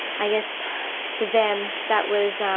i guess for them that was